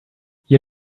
you